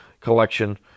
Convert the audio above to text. collection